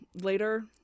later